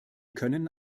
können